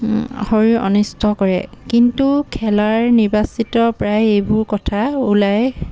শৰীৰ অনিষ্ট কৰে কিন্তু খেলাৰ নিৰ্বাচিত প্ৰায় এইবোৰ কথা উলাই